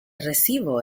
recibo